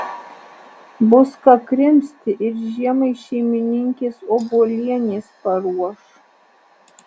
bus ką krimsti ir žiemai šeimininkės obuolienės paruoš